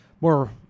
more